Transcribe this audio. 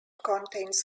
contains